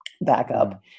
Backup